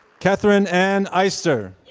katherine ann eyster.